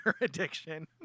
addiction